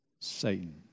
Satan